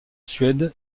suède